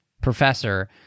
professor